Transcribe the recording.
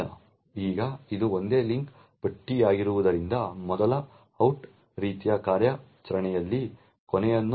ಈಗ ಇದು ಒಂದೇ ಲಿಂಕ್ ಪಟ್ಟಿಯಾಗಿರುವುದರಿಂದ ಮೊದಲ ಔಟ್ ರೀತಿಯ ಕಾರ್ಯಾಚರಣೆಯಲ್ಲಿ ಕೊನೆಯದು ಇರುತ್ತದೆ